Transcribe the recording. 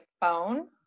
phone